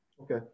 okay